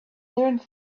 learned